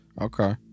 Okay